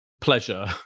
pleasure